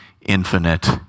infinite